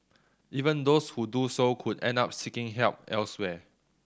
even those who do so could end up seeking help elsewhere